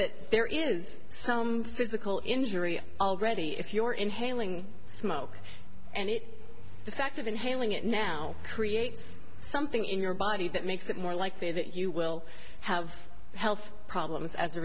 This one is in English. that there is some physical injury already if you're inhaling smoke and it the fact that inhaling it now creates something in your body that makes it more likely that you will have health problems as a